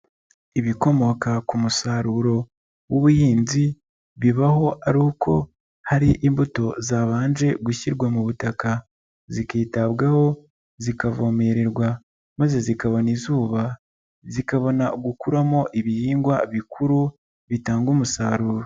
Ibikomoka ku musaruro w'ubuhinzi, bibaho ari uko hari imbuto zabanje gushyirwa mu butaka, zikitabwaho zikavomererwa, maze zikabona izuba zikabona gukuramo ibihingwa bikuru bitanga umusaruro.